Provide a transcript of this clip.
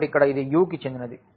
కాబట్టి ఇక్కడ ఇది U కి చెందినది